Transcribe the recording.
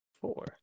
Four